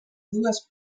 dues